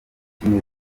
kimwe